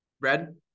Red